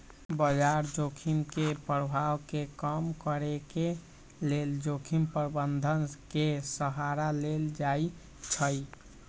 बजार जोखिम के प्रभाव के कम करेके लेल जोखिम प्रबंधन के सहारा लेल जाइ छइ